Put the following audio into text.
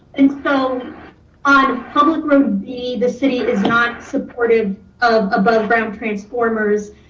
and so on public road b, the city is not supportive of above brown transformers.